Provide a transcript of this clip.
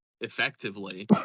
effectively